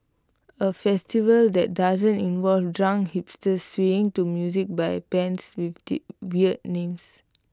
A festival that doesn't involve drunk hipsters swaying to music by bands with weird names